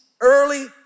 early